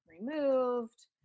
removed